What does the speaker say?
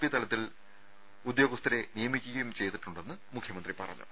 P തലത്തിൽ ഉദ്യോഗസ്ഥരെ നിയമിക്കുകയും ചെയ്തിട്ടുണ്ടെന്ന് മുഖ്യമന്ത്രി പറഞ്ഞു